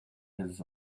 his